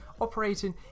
operating